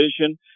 vision